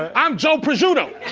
and i'm joe prosciutto.